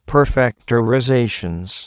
Perfectorizations